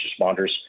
responders